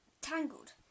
tangled